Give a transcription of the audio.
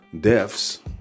deaths